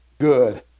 good